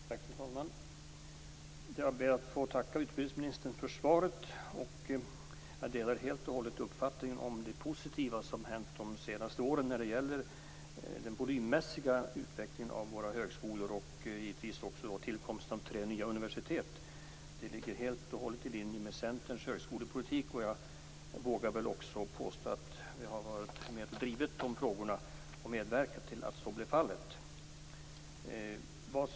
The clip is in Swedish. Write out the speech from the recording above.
Fru talman! Jag ber att få tacka utbildningsministern för svaret. Jag delar helt och hållet uppfattningen om det positiva som hänt de senaste åren när det gäller den volymmässiga utvecklingen av våra högskolor, och givetvis också tillkomsten av tre nya universitet. Det ligger helt i linje med Centerns högskolepolitik. Jag vågar väl också påstå att vi har varit med och drivit de frågorna och medverkat till att så blev fallet.